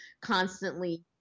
constantly